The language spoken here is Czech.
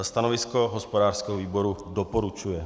Stanovisko hospodářského výboru doporučuje.